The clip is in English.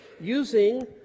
using